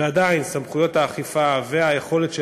ועדיין סמכויות האכיפה והיכולת של